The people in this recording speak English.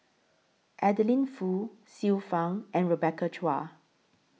Adeline Foo Xiu Fang and Rebecca Chua